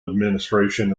administration